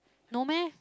no meh